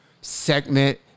segment